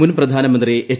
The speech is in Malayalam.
മുൻ പ്രധാനമന്ത്രി എച്ച്